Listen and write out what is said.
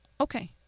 Okay